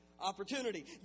Opportunity